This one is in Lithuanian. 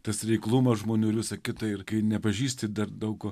tas reiklumas žmonių ir visa kita ir kai nepažįsti dar daug